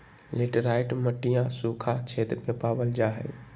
laterite मटिया सूखा क्षेत्र में पावल जाहई